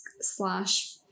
slash